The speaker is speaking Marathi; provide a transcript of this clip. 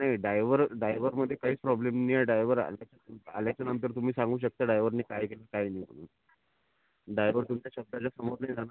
नाही ड्रायवर ड्रायवरमध्ये काहीच प्रॉब्लेम नाही आहे ड्रायवर आल्याच्यानंतर तुम्ही सांगू शकता ड्रायवरनी काय केलं काय नाही म्हणून ड्रायवर तुमच्या शब्दाच्या समोर नाही जाणार